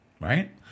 right